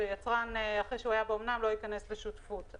שיצרן לא ייכנס לשותפות אחרי שהיה באומנה.